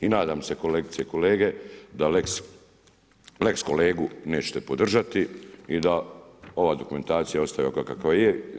I nadam se kolegice i kolege da „lex Kolegu“ nećete podržati i da ova dokumentacija ostaje ovakva kakva je.